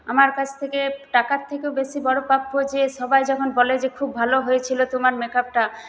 আমার কাছ থেকে টাকার থেকেও বড়ো প্রাপ্য যে সবাই যখন বলে যে খুব ভালো হয়েছিলো তোমার মেক আপটা